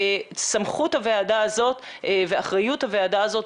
סמכות הוועדה הזאת ואחריות הוועדה הזאת,